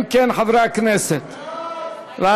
אם כן, חברי הכנסת, בעד.